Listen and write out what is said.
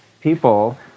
people